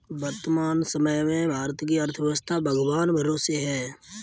वर्तमान समय में भारत की अर्थव्यस्था भगवान भरोसे है